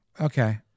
Okay